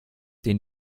den